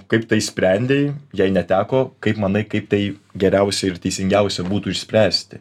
kaip tai sprendei jei neteko kaip manai kaip tai geriausia ir teisingiausia būtų išspręsti